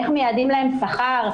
איך מייעדים להן שכר,